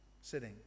sitting